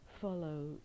follow